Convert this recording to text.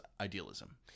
idealism